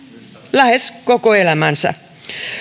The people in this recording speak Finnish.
lähes koko elämänsä